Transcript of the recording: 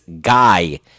guy